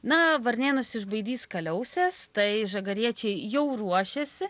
na varnėnus išbaidys kaliausės tai žagariečiai jau ruošiasi